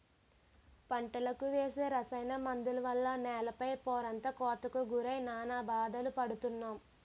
పంటలకు వేసే రసాయన మందుల వల్ల నేల పై పొరంతా కోతకు గురై నానా బాధలు పడుతున్నాం